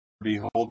behold